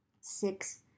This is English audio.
Six